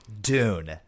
Dune